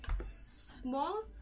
small